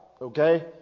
okay